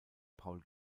paul